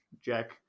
jack